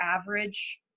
average